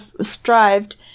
strived